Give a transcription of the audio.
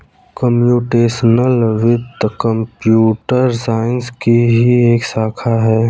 computational वित्त computer science की ही एक शाखा है